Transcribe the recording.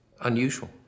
Unusual